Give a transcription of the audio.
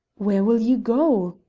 where will you go?